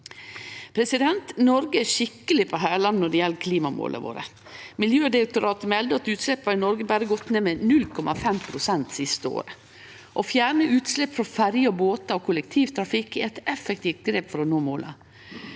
omstilling. Noreg er skikkeleg på hælane når det gjeld klimamåla sine. Miljødirektoratet melder at utsleppa i Noreg berre har gått ned med 0,5 pst. det siste året. Å fjerne utslepp frå ferjer, båtar og kollektivtrafikk er eit effektivt grep for å nå måla.